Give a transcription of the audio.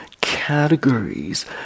categories